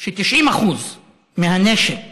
ש-90% מהנשק